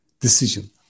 decision